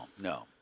no